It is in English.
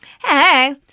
Hey